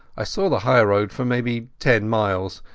i saw the highroad for maybe ten miles,